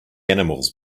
animals